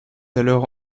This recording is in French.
alors